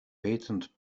patent